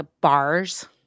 bars